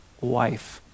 wife